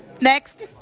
next